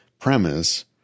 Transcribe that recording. premise